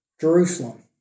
Jerusalem